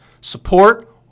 support